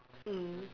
mm